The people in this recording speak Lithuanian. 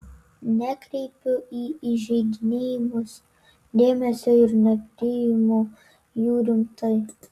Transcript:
nekreipiu į įžeidinėjimus dėmesio ir nepriimu jų rimtai